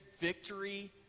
victory